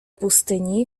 pustyni